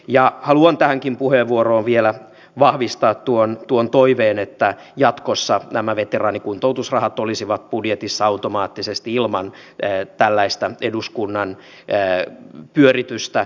ja haluan tässäkin puheenvuorossa vielä vahvistaa tuon toiveen että jatkossa nämä veteraanikuntoutusrahat olisivat budjetissa automaattisesti ilman tällaista eduskunnan pyöritystä